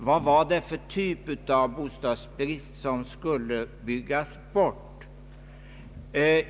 Vad var det för typ av bostadsbrist som skulle byggas bort?